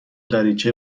دریچه